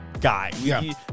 Guy